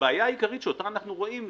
הבעיה העיקרית שאותה אנחנו רואים,